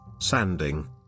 sanding